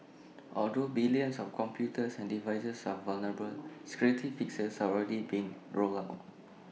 although billions of computers and devices are vulnerable security fixes are already being rolled out